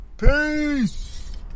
Peace